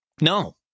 No